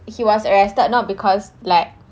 he was arrested not because like